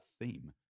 theme